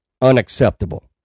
unacceptable